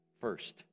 first